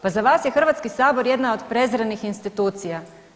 Pa za vas je Hrvatski sabor jedna od prezrenih institucija.